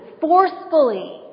forcefully